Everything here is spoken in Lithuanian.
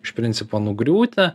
iš principo nugriūti